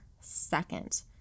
second